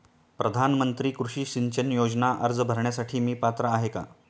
प्रधानमंत्री कृषी सिंचन योजना अर्ज भरण्यासाठी मी पात्र आहे का?